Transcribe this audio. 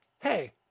hey